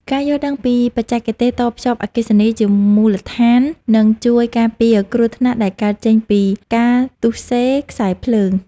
ការយល់ដឹងពីបច្ចេកទេសតភ្ជាប់អគ្គិសនីជាមូលដ្ឋាននឹងជួយការពារគ្រោះថ្នាក់ដែលកើតចេញពីការទុស្សេខ្សែភ្លើង។